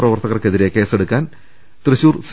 പ്രവർത്തകർക്കെതിരേ കേസ്സെടുക്കാൻ തൃശൂർ സി